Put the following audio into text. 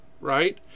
right